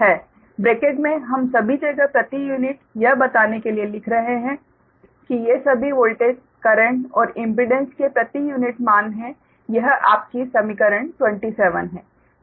bracket में हम सभी जगह प्रति यूनिट यह बताने के लिए लिख रहे हैं कि ये सभी वोल्टेज करंट और इम्पीडेंस के प्रति यूनिट मान हैं यह आपकी समीकरण 27 है